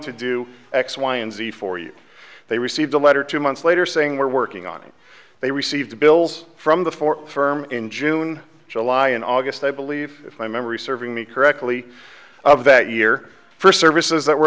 to do x y and z for you they received a letter two months later saying we're working on it they received the bills from the four firm in june july and august i believe if my memory serves me correctly of that year for services that were